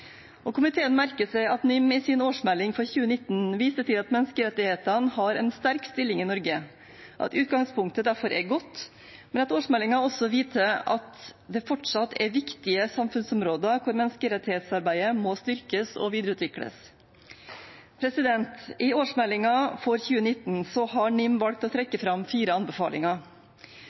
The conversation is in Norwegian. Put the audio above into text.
Komiteen merker seg at NIM i sin årsmelding for 2019 viser til at menneskerettighetene har en sterk stilling i Norge, og at utgangspunktet derfor er godt, men at årsmeldingen også viser at det fortsatt er viktige samfunnsområder der menneskerettighetsarbeidet må styrkes og videreutvikles. I årsmeldingen for 2019 har NIM valgt å trekke fram fire anbefalinger.